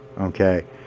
Okay